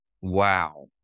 wow